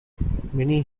many